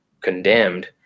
condemned